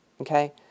okay